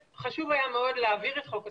חשוב היה להעביר את חוק השקיות,